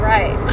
Right